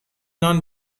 نان